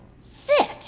Sit